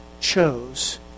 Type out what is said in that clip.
chose